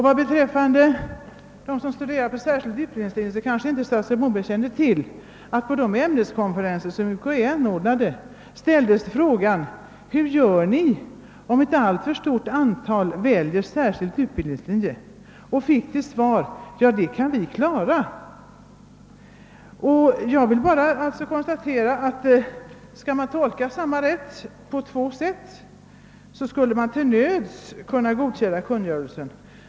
Vad beträffar dem som studerar på särskild utbildningslinje, så kanske inte statsrådet Moberg känner till att på de ämneskonferenser som universitetskanslersämbetet anordnade, ställdes frågan: Hur gör ni om ett alltför stort antal väljer särskild utbildningslinje? Svaret blev: Ja, det kan vi klara. Mot denna bakgrund konstaterar jag att om man tolkar »samma rätt» på två sätt, så kan man kanske till nöds godkänna den oklara kungörelsen.